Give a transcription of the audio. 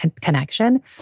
connection